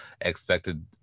expected